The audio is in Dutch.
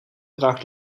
bracht